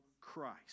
Christ